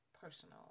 personal